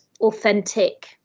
authentic